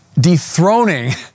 dethroning